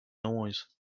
noise